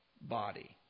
body